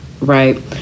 right